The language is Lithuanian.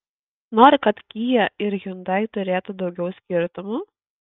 nori kad kia ir hyundai turėtų daugiau skirtumų